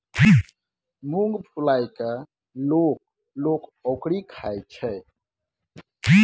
मुँग फुलाए कय लोक लोक ओकरी खाइत छै